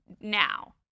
now